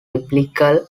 biblical